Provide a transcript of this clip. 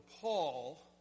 Paul